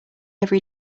every